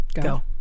Go